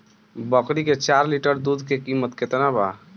बकरी के चार लीटर दुध के किमत केतना बा?